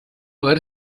ver